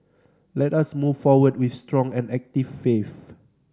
let us move forward with strong and active faith